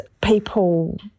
people